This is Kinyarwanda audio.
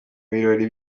birori